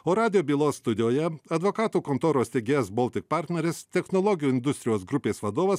o radijo bylos studijoje advokatų kontoros steigėjas baltic partneris technologijų industrijos grupės vadovas